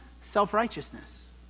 self-righteousness